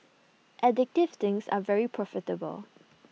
addictive things are very profitable